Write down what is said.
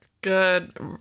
Good